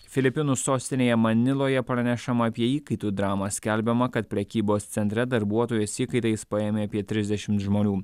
filipinų sostinėje maniloje pranešama apie įkaitų dramą skelbiama kad prekybos centre darbuotojas įkaitais paėmė apie trisdešim žmonių